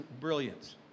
brilliance